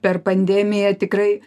per pandemiją tikrai